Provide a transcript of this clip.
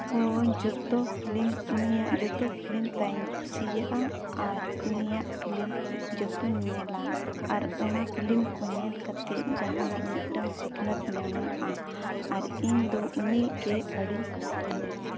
ᱦᱚᱸ ᱡᱚᱛᱚ ᱯᱷᱤᱞᱤᱢ ᱩᱱᱤᱭᱟᱜ ᱡᱚᱛᱚ ᱯᱷᱤᱞᱤᱢ ᱛᱟᱭ ᱤᱧ ᱠᱩᱥᱤᱭᱟᱜᱼᱟ ᱟᱨ ᱩᱱᱤᱭᱟᱜ ᱯᱷᱤᱞᱤᱢ ᱡᱚᱛᱚᱧ ᱧᱮᱞᱟ ᱟᱨ ᱚᱱᱟ ᱯᱷᱤᱞᱤᱢ ᱠᱚ ᱧᱮᱞ ᱠᱟᱛᱮ ᱡᱟᱦᱟᱱᱟᱜ ᱢᱤᱫᱴᱟᱹᱝ ᱥᱤᱠᱷᱱᱟᱹᱛ ᱧᱟᱢᱚᱜᱼᱟ ᱟᱨ ᱤᱧ ᱫᱚ ᱩᱱᱤᱧ ᱜᱮ ᱟᱹᱰᱤᱧ ᱠᱩᱥᱤᱭᱟᱭᱟ